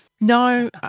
No